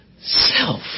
self